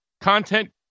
content